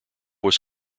was